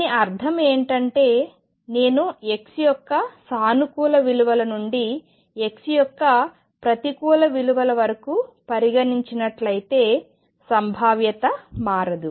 దీని అర్థం ఏమిటంటే నేను x యొక్క సానుకూల విలువలు నుండి x యొక్క ప్రతికూల విలువల వరకు పరిగణించినట్లయితే సంభావ్యత మారదు